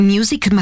Music